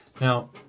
Now